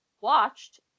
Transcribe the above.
watched